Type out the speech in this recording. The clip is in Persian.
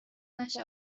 نشه